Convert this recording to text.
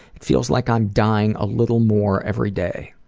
it feels like i'm dying a little more every day.